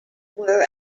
were